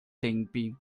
tempi